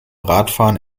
radfahren